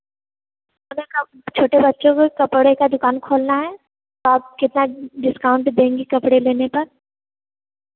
छोटे बच्चों के कपड़े का दुकान खोलना है आप कितना डिस्काउंट देंगी कपड़े लेने पर